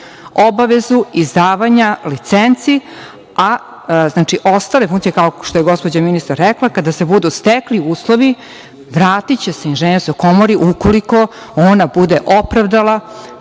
obavezu izdavanja licenci, a ostale funkcije kao što je gospođa ministar rekla, kada se budu stekli uslovi, vratiće se inženjerskoj komori ukoliko ona bude opravdala